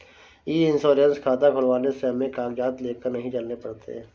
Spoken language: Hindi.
ई इंश्योरेंस खाता खुलवाने से हमें कागजात लेकर नहीं चलने पड़ते